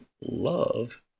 love